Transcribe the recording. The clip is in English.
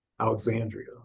Alexandria